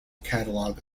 catalog